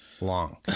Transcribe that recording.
long